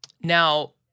Now